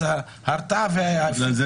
אז ההרתעה --- בגלל זה,